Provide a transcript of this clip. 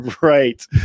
right